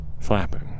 flapping